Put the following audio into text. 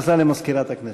הודעה למזכירת הכנסת.